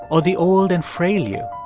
or the old and frail you?